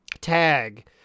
tag